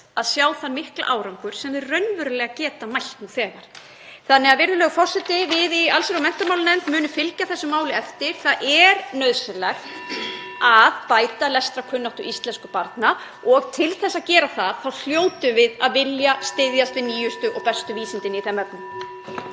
að sjá þann mikla árangur sem þeir geta raunverulega mælt nú þegar. Virðulegur forseti. Við í allsherjar- og menntamálanefnd munum fylgja þessu máli eftir. Það er nauðsynlegt að bæta lestrarkunnáttu íslenskra barna og til þess að gera það þá hljótum við að vilja styðjast við nýjustu og bestu vísindin í þeim efnum.